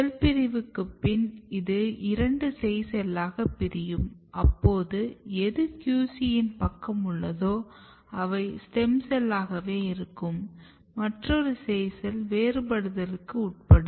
செல் பிரிவுக்கு பின் அது இரண்டு சேய் செல்லாக பிரியும் அப்போது எது QC யின் பக்கம் உள்ளதோ அவை ஸ்டெம் செல்லாகவே இருக்கும் மற்றொரு சேய் செல் வேறுபடுத்தலுக்கு உட்படும்